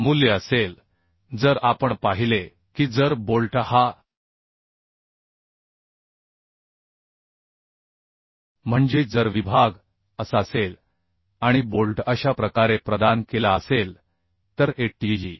मूल्य असेल जर आपण पाहिले की जर बोल्ट हा आह म्हणजे जर विभाग असा असेल आणि बोल्ट अशा प्रकारे प्रदान केला असेल तर Atgजी